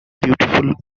beautiful